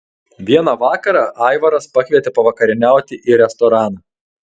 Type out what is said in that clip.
vieną vakarą aivaras pakvietė pavakarieniauti į restoraną